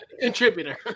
Contributor